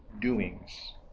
doings